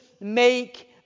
make